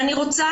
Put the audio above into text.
בכתב, עודד.